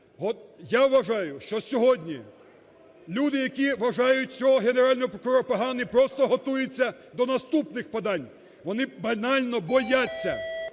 я вважаю, що сьогодні люди, які вважають цього Генерального прокурора поганим, просто готуються до наступних подань. Вони банально бояться,